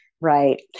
Right